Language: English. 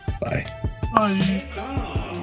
bye